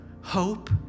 hope